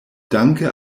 danke